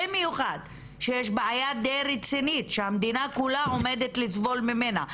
במיוחד שיש בעיה די רצינית שהמדינה כולה עומדת לסבול ממנה,